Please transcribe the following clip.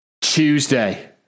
Tuesday